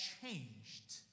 changed